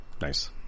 nice